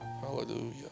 hallelujah